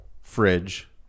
fridge –